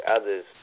others